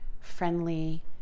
friendly